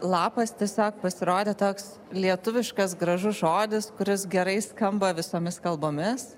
lapas tiesiog pasirodė toks lietuviškas gražus žodis kuris gerai skamba visomis kalbomis